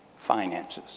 finances